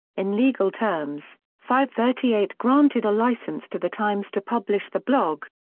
in legal terms, fivethirtyeight granted a license to the times to publish the blog.